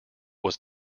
was